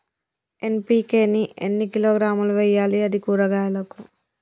NPK ని ఎన్ని కిలోగ్రాములు వెయ్యాలి? అది కూరగాయలకు?